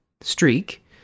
streak